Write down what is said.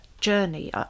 journey